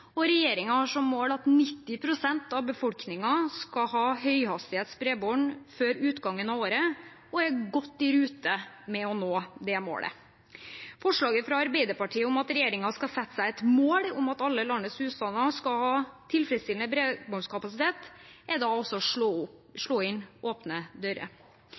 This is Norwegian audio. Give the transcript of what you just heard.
har som mål at 90 pst. av befolkningen skal ha høyhastighetsbredbånd før utgangen av året og er godt i rute med å nå det målet. Forslaget fra Arbeiderpartiet om at regjeringen skal sette seg et mål om at alle landets husstander skal ha tilfredsstillende bredbåndskapasitet, er da altså å slå inn åpne dører.